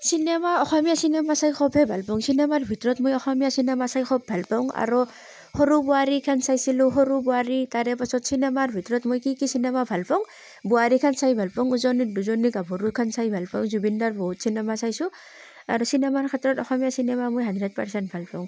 cinema Asomiya cinema চাই খুবেই ভাল পাওঁ চিনেমাৰ ভিতৰত মই অসমীয়া চিনেমা চাই খুব ভাল পাওঁ আৰু সৰু বোৱাৰীখেন চাইছিলোঁ সৰু বোৱাৰী তাৰে পাছত চিনেমাৰ ভিতৰত মই কি কি চিনেমা ভাল পাওঁ বোৱাৰীখেন চাই ভাল পাওঁ উজনীত দুজনী গাভৰুখন চাই ভাল পাওঁ জুবিন দাৰ বহুত চিনেমা চাইছোঁ আৰু চিনেমাৰ ভিতৰত অসমীয়া চিনেমা মই হাণ্ড্ৰেড পাৰচেণ্ট ভাল পাওঁ